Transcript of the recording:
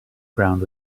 ground